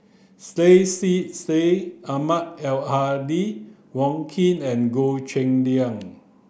Syed Sheikh Syed Ahmad Al Hadi Wong Keen and Goh Cheng Liang